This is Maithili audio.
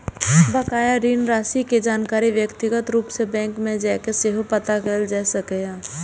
बकाया ऋण राशि के जानकारी व्यक्तिगत रूप सं बैंक मे जाके सेहो पता कैल जा सकैए